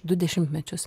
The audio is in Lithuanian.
du dešimtmečius